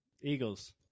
Eagles